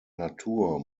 natur